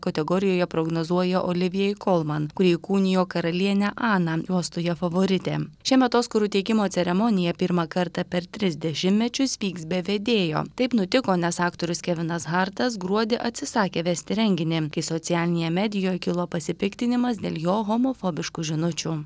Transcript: kategorijoje prognozuoja olivijai kolman kuri įkūnijo karalienę aną juostoje favoritė šiemet oskarų įteikimo ceremonija pirmą kartą per tris dešimtmečius vyks be vedėjo taip nutiko nes aktorius kevinas hartas gruodį atsisakė vesti renginį kai socialinėje medijoj kilo pasipiktinimas dėl jo homofobiškų žinučių